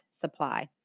supply